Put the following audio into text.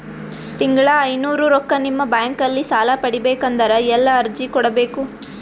ತಿಂಗಳ ಐನೂರು ರೊಕ್ಕ ನಿಮ್ಮ ಬ್ಯಾಂಕ್ ಅಲ್ಲಿ ಸಾಲ ಪಡಿಬೇಕಂದರ ಎಲ್ಲ ಅರ್ಜಿ ಕೊಡಬೇಕು?